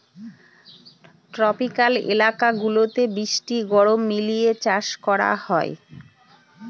tropical এলাকা গুলাতে বৃষ্টি গরম মিলিয়ে চাষ করা হয়